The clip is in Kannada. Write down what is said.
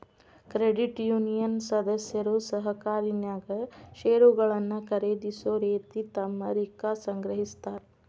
ಕ್ರೆಡಿಟ್ ಯೂನಿಯನ್ ಸದಸ್ಯರು ಸಹಕಾರಿನ್ಯಾಗ್ ಷೇರುಗಳನ್ನ ಖರೇದಿಸೊ ರೇತಿ ತಮ್ಮ ರಿಕ್ಕಾ ಸಂಗ್ರಹಿಸ್ತಾರ್